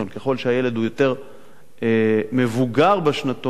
ככל שהילד הוא יותר מבוגר בשנתון,